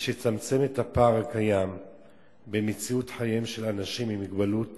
יש לצמצם את הפער הקיים במציאות חייהם של אנשים עם מוגבלות